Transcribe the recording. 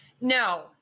No